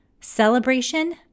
Celebration